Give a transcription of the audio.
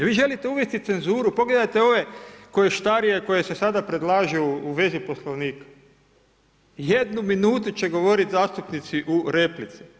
Vi želite uvesti cenzuru, pogledajte ove koještarije koje se sada predlažu u vezi Poslovnika, jednu minutu će govoriti zastupnici u replici.